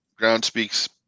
GroundSpeaks